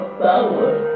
power